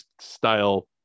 style